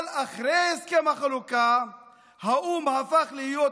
אבל אחרי הסכם החלוקה האו"ם הפך להיות "שמום",